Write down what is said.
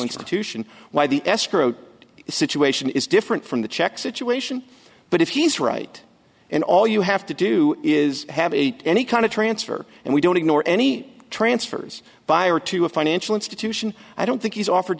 institution why the escrow situation is different from the check situation but if he's right and all you have to do is have a any kind of transfer and we don't ignore any transfers buyer to a financial institution i don't think he's offered